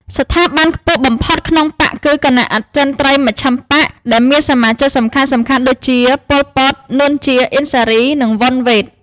ស្ថាប័នខ្ពស់បំផុតក្នុងបក្សគឺ «គណៈអចិន្ត្រៃយ៍មជ្ឈិមបក្ស» ដែលមានសមាជិកសំខាន់ៗដូចជា ប៉ុល ពត, នួន ជា, អៀង សារី និង វន់ វ៉េត។